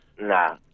nah